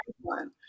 one